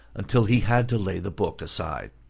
until he had to lay the book aside.